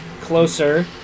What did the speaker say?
closer